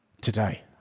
today